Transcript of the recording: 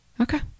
Okay